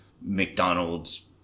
McDonald's